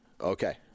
Okay